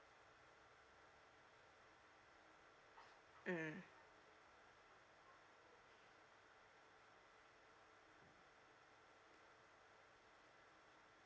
mm